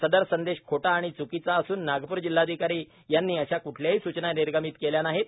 सदर संदेश खोटा आणि च्कीचा असून नागपूर जिल्हाधिकारी यांनी अशा क्ठल्याही सूचना निर्गमित केल्या नाहीत